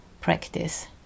practice